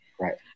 Right